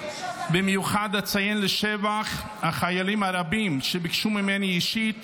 במיוחד אציין לשבח את החיילים הרבים שביקשו ממני אישית